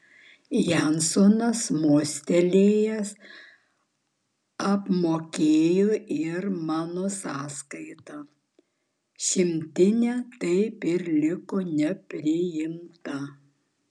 jansonas mostelėjęs apmokėjo ir mano sąskaitą šimtinė taip ir liko nepraimta